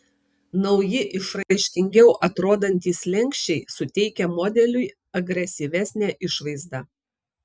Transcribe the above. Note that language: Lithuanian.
nauji išraiškingiau atrodantys slenksčiai suteikia modeliui agresyvesnę išvaizdą